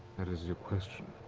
that is your question?